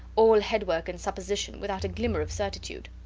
all head-work and supposition, without a glimmer of certitude.